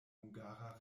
hungara